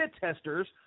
testers